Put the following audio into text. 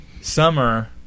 Summer